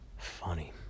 funny